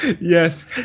Yes